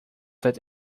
that